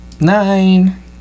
Nine